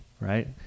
right